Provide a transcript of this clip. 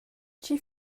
tgi